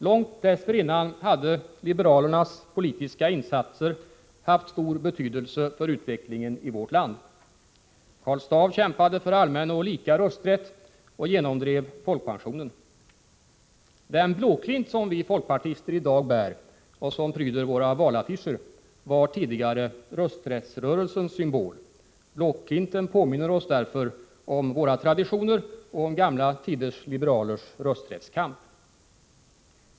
Långt dessförinnan hade liberalernas politiska insatser haft stor betydelse för utvecklingen i vårt land. Karl Staaff kämpade för allmän och lika rösträtt och genomdrev folkpensionen. Den blåklint som vi folkpartister i dag bär och som pryder våra valaffischer var tidigare rösträttsrörelsens symbol. Blåklinten påminner oss därför om våra traditioner och om gamla tiders liberalers rösträttskamp.